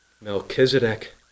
Melchizedek